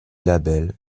label